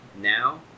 Now